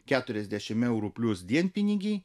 keturiasdešimt eurų plius dienpinigiai